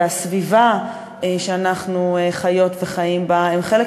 והסביבה שאנחנו חיות וחיים בה הם חלק